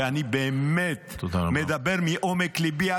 אני באמת מדבר מעומק ליבי.